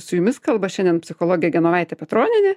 su jumis kalba šiandien psichologė genovaitė petronienė